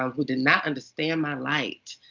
um who did not understand my light.